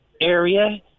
area